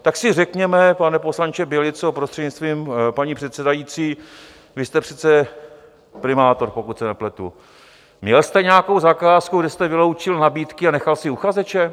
Tak si řekněme, pane poslanče Bělico, prostřednictvím paní předsedající, vy jste přece primátor, pokud se nepletu, měl jste nějakou zakázku, kde jste vyloučil nabídky a nechal si uchazeče?